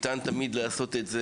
ניתן לעשות את זה,